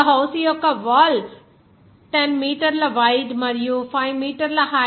ఒక హౌస్ యొక్క వాల్ 10 మీటర్ల వైడ్ మరియు 5 మీటర్ల హైట్ 0